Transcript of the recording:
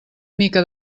mica